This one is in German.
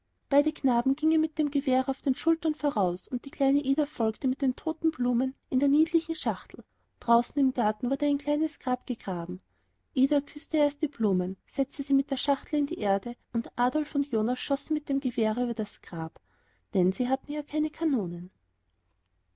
beide knaben gingen mit dem gewehre auf den schultern voraus und die kleine ida folgte mit den toten blumen in der niedlichen schachtel draußen im garten wurde ein kleines grab gegraben ida küßte erst die blumen setzte sie mit der schachtel in die erde und adolf und jonas schossen mit dem gewehre über das grab denn sie hatten keine kanonen